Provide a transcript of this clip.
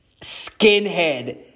skinhead